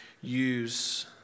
use